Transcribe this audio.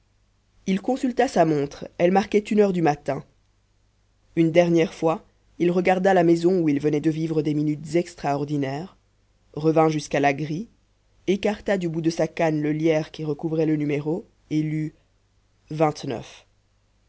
il consulta sa montre elle marquait une heure du matin une dernière fois il regarda la maison où il venait de vivre des minutes extraordinaires revint jusqu'à la grille écarta du bout de sa canne le lierre qui recouvrait le numéro et